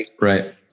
right